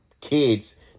kids